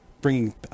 bringing